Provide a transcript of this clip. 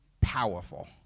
powerful